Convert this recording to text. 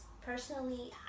personally